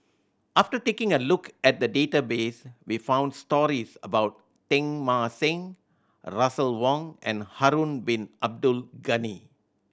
after taking a look at the database we found stories about Teng Mah Seng Russel Wong and Harun Bin Abdul Ghani